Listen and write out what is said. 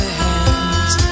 hands